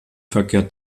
verkehrt